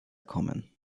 kommen